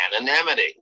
anonymity